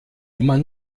immer